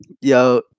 Yo